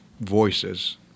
voices